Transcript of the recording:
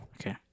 Okay